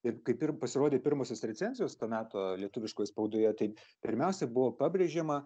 ir kaip ir pasirodė pirmosios recenzijos to meto lietuviškoj spaudoje tai pirmiausia buvo pabrėžiama